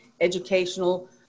educational